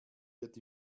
wird